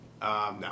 No